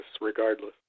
regardless